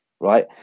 right